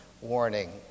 warning